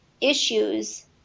issues